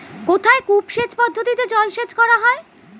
কোথায় কূপ সেচ পদ্ধতিতে জলসেচ করা হয়?